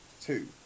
two